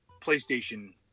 PlayStation